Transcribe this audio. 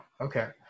Okay